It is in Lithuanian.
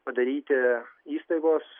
padaryti įstaigos